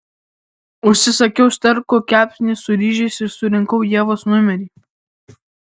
užsisakiau sterko kepsnį su ryžiais ir surinkau ievos numerį